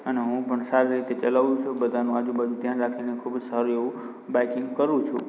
અને હું પણ સારી રીતે ચાલવું છું બધાનો આજુબાજુમાં ધ્યાન રાખીને ખૂબ જ સારું એવું બાઇકિંગ કરું છું